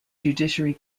judiciary